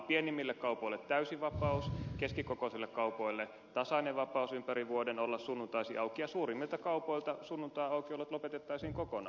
pienimmille kaupoille täysi vapaus keskikokoisille kaupoille tasainen vapaus ympäri vuoden olla sunnuntaisin auki ja suurimmilta kaupoilta sunnuntaiaukiolot lopetettaisiin kokonaan